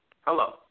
Hello